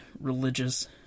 religious